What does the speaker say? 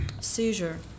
Seizure